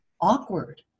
awkward